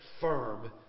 firm